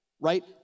right